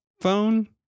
phone